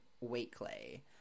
weekly